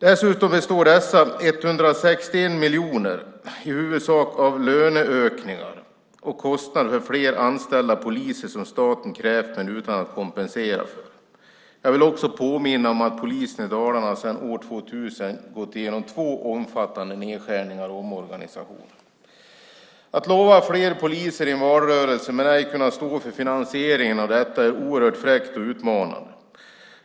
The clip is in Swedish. Dessutom består dessa 161 miljoner kronor i huvudsak av löneökningar och kostnader för fler anställda poliser som staten har krävt men utan att kompensera för det. Jag vill också påminna om att polisen i Dalarna sedan år 2000 har gått igenom två omfattande nedskärningar och omorganisationer. Att lova fler poliser i en valrörelse men inte kunna stå för finansieringen av detta är oerhört fräckt och utmanande.